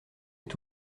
est